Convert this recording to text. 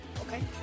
Okay